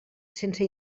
sense